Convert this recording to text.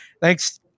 Thanks